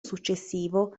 successivo